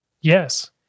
Yes